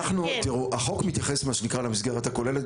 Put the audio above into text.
תראו, החוק מתייחס מה שנקרא למסגרת הכוללת.